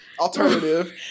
alternative